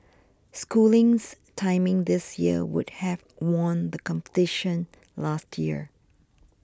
schooling's timing this year would have won the competition last year